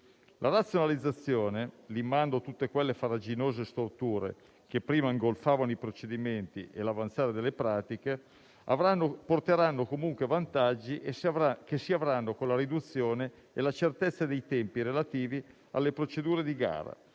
La razionalizzazione, limando tutte quelle farraginose storture che prima ingolfavano i procedimenti, e l'avanzare delle pratiche porteranno comunque vantaggi, che si avranno con la riduzione e la certezza dei tempi relativi alle procedure di gara,